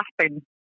happen